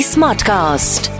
Smartcast